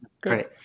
great